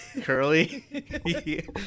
curly